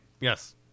Yes